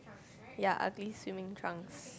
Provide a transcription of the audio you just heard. ya ugly swimming trunks